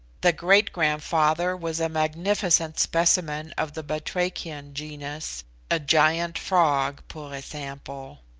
the great-grandfather was a magnificent specimen of the batrachian genus a giant frog, pur et simple